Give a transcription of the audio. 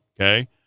Okay